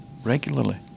regularly